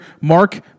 Mark